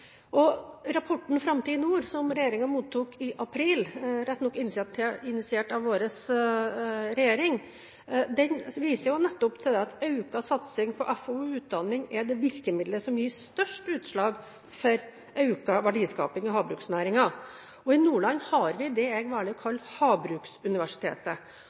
Rapporten Framtid i nord, som regjeringen mottok i april – rett nok initiert av vår regjering – viser til at økt satsing på FoU og utdanning er det virkemiddelet som gir størst utslag når det gjelder økt verdiskaping i havbruksnæringen. I Nordland har vi det jeg